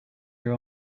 your